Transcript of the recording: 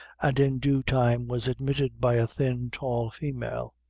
and in due time was admitted by a thin, tall female.